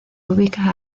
ubica